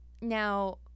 Now